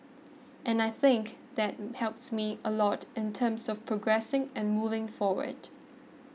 and I think that helps me a lot in terms of progressing and moving forward